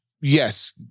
Yes